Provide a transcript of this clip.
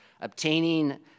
obtaining